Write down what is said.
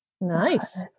nice